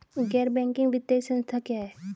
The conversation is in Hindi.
गैर बैंकिंग वित्तीय संस्था क्या है?